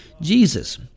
Jesus